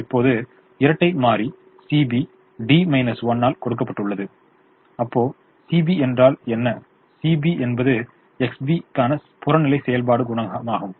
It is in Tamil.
இப்போது இரட்டை மாறி CB D 1 ஆல் கொடுக்கப்பட்டுள்ளது அப்போ CB என்றால் என்ன CB என்பது XB க்கான புறநிலை செயல்பாடு குணகமாகும்